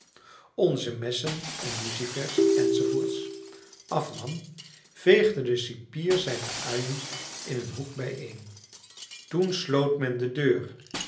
onze messen en lucifers enz afnam veegde de cipier zijne uien in een hoek bijeen toen sloot men de deur